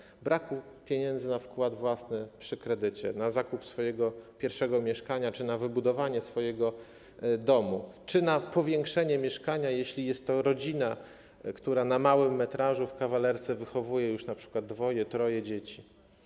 To problem braku pieniędzy na wkład własny przy kredycie na zakup pierwszego mieszkania, na wybudowanie domu czy na powiększenie mieszkania, jeśli jest to rodzina, która na małym metrażu, w kawalerce, wychowuje już np. dwoje, troje dzieci.